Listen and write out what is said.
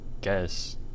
guess